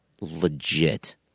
legit